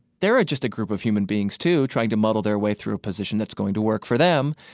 they're just a group of human beings, too, trying to muddle their way through a position that's going to work for them.